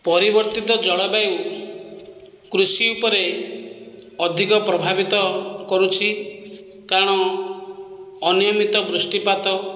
ପରିବର୍ତ୍ତିତ ଜଳବାୟୁ କୃଷି ଉପରେ ଅଧିକ ପ୍ରଭାବିତ କରୁଛି କାରଣ ଅନିୟମିତ ବୃଷ୍ଟିପାତ